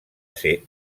ser